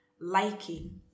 liking